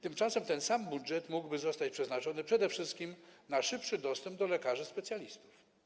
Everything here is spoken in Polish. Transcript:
Tymczasem ten sam budżet mógłby zostać przeznaczony przede wszystkim na szybszy dostęp do lekarzy specjalistów.